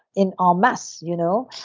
in um mass, you know.